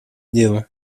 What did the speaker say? делу